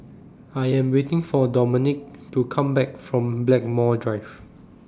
I Am waiting For Dominique to Come Back from Blackmore Drive